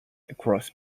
across